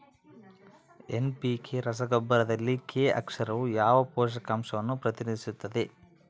NPK ರಸಗೊಬ್ಬರದಲ್ಲಿ K ಅಕ್ಷರವು ಯಾವ ಪೋಷಕಾಂಶವನ್ನು ಪ್ರತಿನಿಧಿಸುತ್ತದೆ?